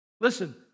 Listen